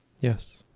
Yes